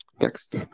Next